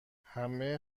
همه